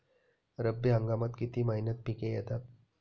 रब्बी हंगामात किती महिन्यांत पिके येतात?